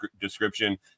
description